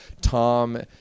Tom